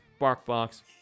Barkbox